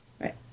Right